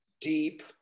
deep